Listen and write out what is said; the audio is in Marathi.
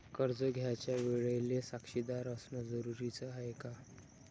कर्ज घ्यायच्या वेळेले साक्षीदार असनं जरुरीच हाय का?